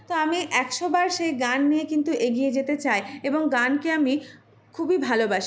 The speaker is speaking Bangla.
তো আমি একশোবার সেই গান নিয়ে কিন্তু এগিয়ে যেতে চাই এবং গানকে আমি খুবই ভালোবাসি